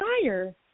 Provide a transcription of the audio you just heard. fire